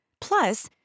Plus